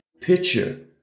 picture